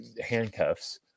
handcuffs